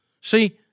See